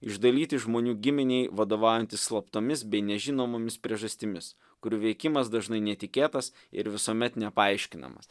išdalyti žmonių giminei vadovaujantis slaptomis bei nežinomomis priežastimis kurių veikimas dažnai netikėtas ir visuomet nepaaiškinamas